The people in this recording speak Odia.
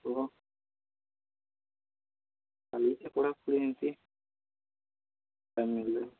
କୁହ ଚାଲିଛେ ପଢ଼ାପଢ଼ି ଏମ୍ତି ଫ୍ୟାମିଲିରେ